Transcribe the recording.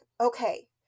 okay